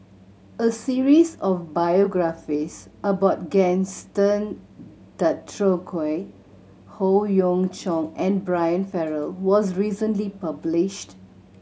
a series of biographies about Gaston Dutronquoy Howe Yoon Chong and Brian Farrell was recently published